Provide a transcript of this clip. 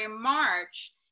March